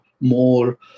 more